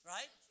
Right